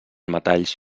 metalls